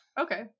Okay